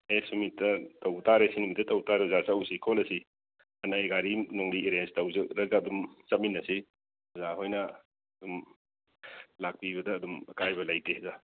ꯑꯦ C ꯅꯨꯃꯤꯠꯇ ꯇꯧꯕ ꯇꯥꯔꯦ ꯁꯤ ꯅꯨꯃꯤꯠꯇ ꯇꯧꯕ ꯇꯥꯔꯦ ꯑꯣꯖꯥ ꯆꯠꯂꯨꯁꯤ ꯈꯣꯠꯂꯨꯁꯤ ꯍꯥꯏꯅ ꯑꯩ ꯒꯥꯔꯤ ꯅꯨꯡꯂꯤ ꯑꯦꯔꯦꯟꯖ ꯇꯧꯖꯔꯒ ꯑꯗꯨꯝ ꯆꯠꯃꯤꯟꯅꯁꯤ ꯑꯣꯖꯥ ꯍꯣꯏꯅ ꯑꯗꯨꯝ ꯂꯥꯛꯄꯤꯕꯗ ꯑꯗꯨꯝ ꯑꯀꯥꯏꯕ ꯂꯩꯇꯦ ꯑꯣꯖꯥ